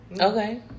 Okay